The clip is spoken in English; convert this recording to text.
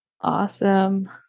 Awesome